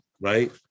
right